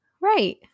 right